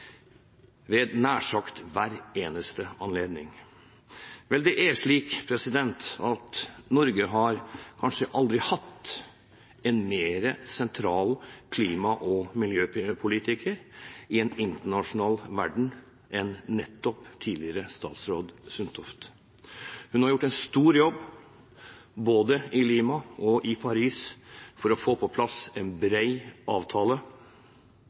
ved nær sagt hver eneste anledning. Det er slik at Norge kanskje aldri har hatt en mer sentral klima- og miljøpolitiker i en internasjonal verden enn nettopp tidligere statsråd Sundtoft. Hun har gjort en stor jobb både i Lima og i Paris for å få på plass en bred avtale.